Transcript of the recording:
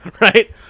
Right